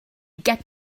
get